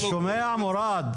אתה שומע מוראד?